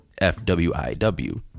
F-W-I-W